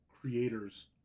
creators